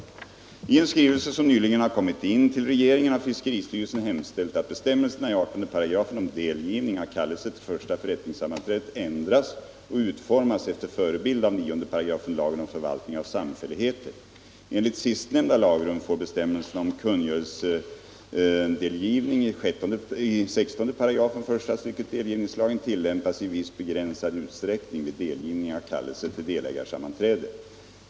I en skrivelse som nyligen har kommit in till regeringen har fiskeristyrelsen hemställt att bestämmelserna i 18 § om delgivning av kallelse till första förrättningssammanträdet ändras och utformas efter förebild av 9 § lagen om förvaltning av samfälligheter. Enligt sistnämnda lagrum får bestämmelserna om kungörelsedelgivning i 16 § första stycket delgivningslagen tillämpas i viss begränsad utsträckning vid delgivning av kallelse till delägarsammanträde.